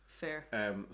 fair